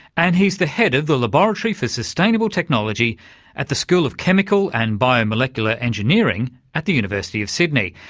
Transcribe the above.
and he's the head of the laboratory for sustainable technology at the school of chemical and biomolecular engineering at the university of sydney,